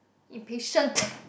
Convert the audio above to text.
impatient